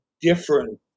different